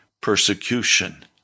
persecution